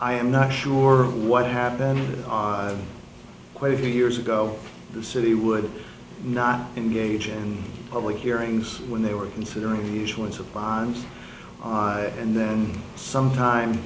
i am not sure what happened quite a few years ago the city would not engage in public hearings when they were considering the huge once upon my and then some time